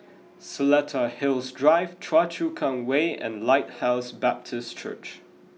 Seletar Hills Drive Choa Chu Kang Way and Lighthouse Baptist Church